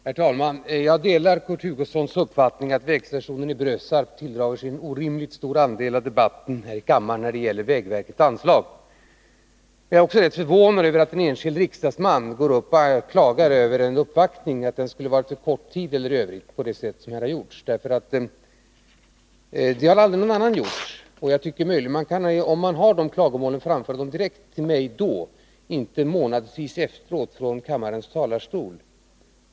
Herr talman! Jag delar Kurt Hugossons uppfattning att vägstationen i Brösarp tilldrar sig en orimligt stor andel av debatten här i kammaren angående vägverkets anslag. Jag är också rätt förvånad över att en enskild riksdagsman går upp och klagar över att en uppvaktning varat för kort tid osv. Det har aldrig någon annan gjort, och om man har sådana klagomål borde de ha framförts direkt till mig då, inte månadsvis efteråt från kammarens talarstol.